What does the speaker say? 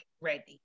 ready